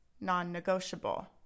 non-negotiable